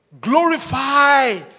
Glorify